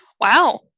Wow